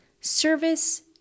Service